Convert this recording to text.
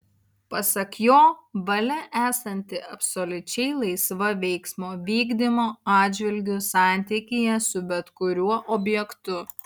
pasak jo valia esanti absoliučiai laisva veiksmo vykdymo atžvilgiu santykyje su bet kuriuo objektu